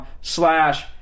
slash